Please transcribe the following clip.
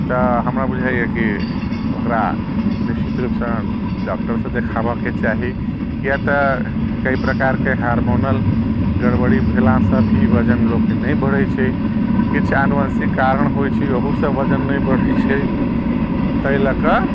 तऽ हमरा बुझाइए कि ओकरा निश्चित रूपसँ डॉक्टरसँ देखाबयके चाही किया तऽ कई प्रकारके हार्मोनल गड़बड़ी भेलासँ भी वजन लोकके नहि बढ़ै छै किछु अनुवांशिक कारण होइ छै ओहूसँ वजन नहि बढ़ै छै ताहि लऽ कऽ